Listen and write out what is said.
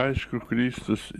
aišku kristus